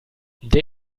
der